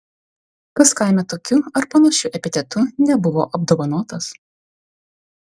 kas kaime tokiu ar panašiu epitetu nebuvo apdovanotas